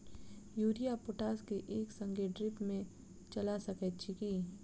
Urea आ potash केँ एक संगे ड्रिप मे चला सकैत छी की?